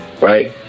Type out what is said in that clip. right